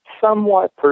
somewhat